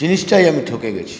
জিনিসটাই আমি ঠকে গেছি